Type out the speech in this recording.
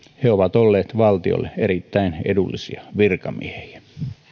he ovat olleet valtiolle erittäin edullisia virkamiehiä